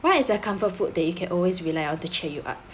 what is the comfort food that you can always rely on to cheer you up